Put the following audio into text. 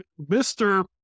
Mr